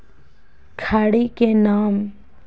खड़ी के नाम?